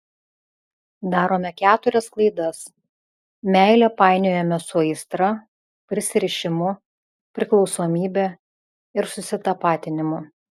darome keturias klaidas meilę painiojame su aistra prisirišimu priklausomybe ir susitapatinimu